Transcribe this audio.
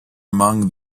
among